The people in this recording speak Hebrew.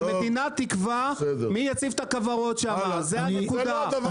המדינה תקבע מי יציב את הכוורות שם, זאת הנקודה.